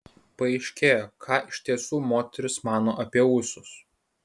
paaiškėjo ką iš tiesų moterys mano apie ūsus